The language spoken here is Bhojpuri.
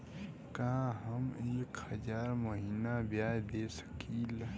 का हम एक हज़ार महीना ब्याज दे सकील?